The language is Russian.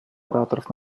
ораторов